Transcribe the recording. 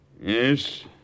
Yes